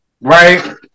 Right